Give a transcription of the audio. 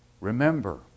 Remember